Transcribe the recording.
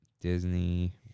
Disney